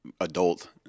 adult